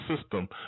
system